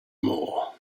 more